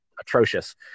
atrocious